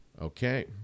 okay